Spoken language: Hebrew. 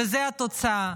וזו התוצאה.